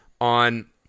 on